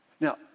Now